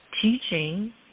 teaching